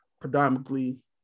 predominantly –